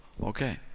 Okay